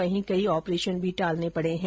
वहीं कई आपरेशन भी टालने पडे है